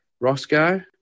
Roscoe